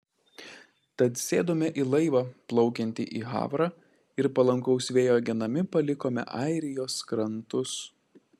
tad sėdome į laivą plaukiantį į havrą ir palankaus vėjo genami palikome airijos krantus